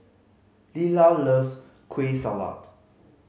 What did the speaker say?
Lila loves Kueh Salat